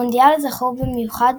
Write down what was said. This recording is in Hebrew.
המונדיאל זכור במיוחד